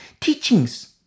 teachings